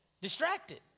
Distracted